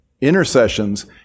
intercessions